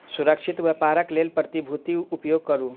सुरक्षित व्यापारक लेल प्रतिभूतिक उपयोग करू